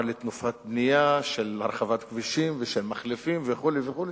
לתנופת בנייה של הרחבת כבישים ושל מחלפים וכו' וכו',